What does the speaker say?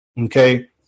Okay